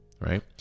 right